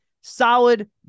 Solid